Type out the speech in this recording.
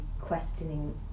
questioning